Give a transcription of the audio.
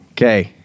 Okay